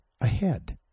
ahead